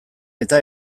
eta